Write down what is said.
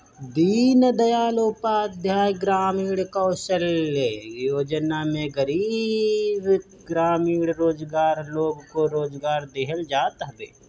दीनदयाल उपाध्याय ग्रामीण कौशल्य योजना में गरीब ग्रामीण बेरोजगार लोग को रोजगार देहल जात हवे